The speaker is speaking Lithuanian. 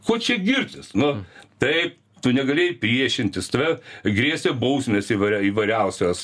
ko čia girtis nu taip tu negalėjai priešintis tave grėsė bausmės įvairia įvairiausios